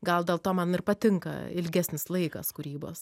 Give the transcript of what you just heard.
gal dėl to man ir patinka ilgesnis laikas kūrybos